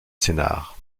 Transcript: sénart